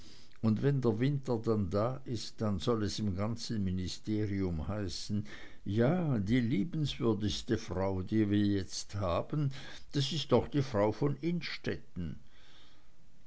und wenn der winter dann da ist dann soll es im ganzen ministerium heißen ja die liebenswürdigste frau die wir jetzt haben das ist doch die frau von